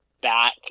back